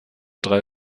drei